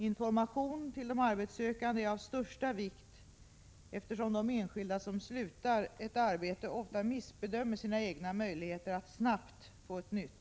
Information till de arbetssökande är av största vikt, eftersom de enskilda som slutar ett arbete ofta missbedömer sina egna möjligheter att snabbt få ett nytt.